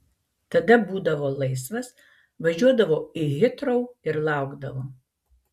tada būdavo laisvas važiuodavo į hitrou ir laukdavo